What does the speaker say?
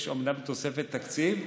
אומנם יש תוספת תקציב,